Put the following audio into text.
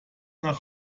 nach